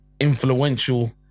Influential